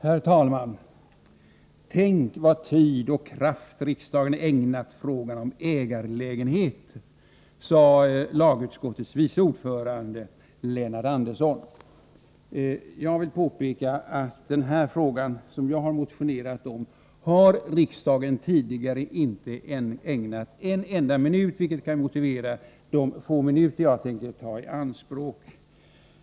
Herr talman! Tänk vad tid och kraft riksdagen ägnat frågan om ägarlägenheter, sade lagutskottets vice ordförande, Lennart Andersson. Jag vill påpeka att den fråga jag har motionerat om har riksdagen tidigare inte ägnat en enda minut, vilket kan motivera de få minuter jag tänker ta i anspråk.